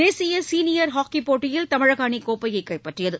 தேசிய சீனியர் ஹாக்கிப் போட்டியில் தமிழக அணி கோப்பையை கைப்பற்றியது